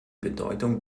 bedeutung